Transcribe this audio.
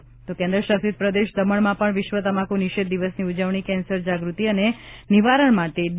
તો કેન્દ્ર શાસિત પ્રદેશ દમણમાં પણ વિશ્વ તમાકુ નિષેધ દિવસની ઉજવણી કેન્સર જાગૃતિ અને નિવારણ માટે ડી